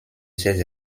ses